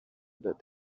that